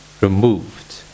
removed